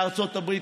לארצות הברית,